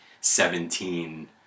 seventeen